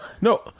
No